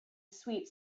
sweet